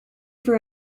for